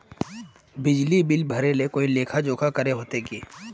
बिजली बिल भरे ले कोई लेखा जोखा करे होते की?